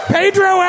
Pedro